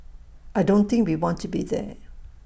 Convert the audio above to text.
I don't think we want to be there